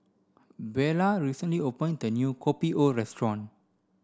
Beula recently opened a new Kopi O restaurant